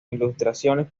ilustraciones